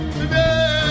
today